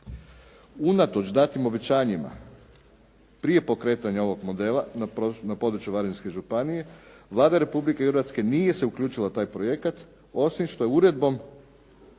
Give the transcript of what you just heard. Unatoč datim obećanjima prije pokretanja ovog modela na području varaždinske županije Vlada Republike Hrvatske nije se uključila u taj projekat osim što je uredbom,